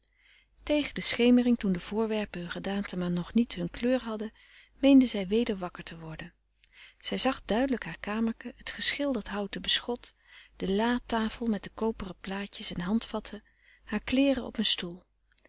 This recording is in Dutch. tegen de schemering toen de voorwerpen hun gedaante maar nog niet hun kleur hadden meende zij weder wakker te worden zij zag duidelijk haar kamerken het geschilderd houten beschot de la tafel met de koperen plaatjes en handvatten haar kleeren op een stoel